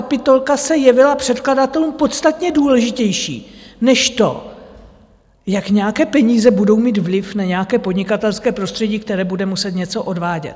Tato kapitolka se jevila předkladatelům podstatně důležitější než to, jak nějaké peníze budou mít vliv na nějaké podnikatelské prostředí, které bude muset něco odvádět.